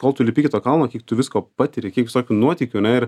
kol tu lipi iki to kalno kiek tu visko patiri kiek tokių nuotykių ane ir